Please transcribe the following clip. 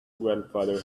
grandfather